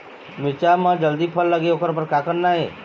मिरचा म जल्दी फल लगे ओकर बर का करना ये?